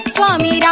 Swami